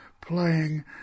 playing